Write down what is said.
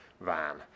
van